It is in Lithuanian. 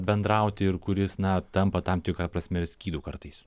bendrauti ir kuris na tampa tam tikra prasme ir skydu kartais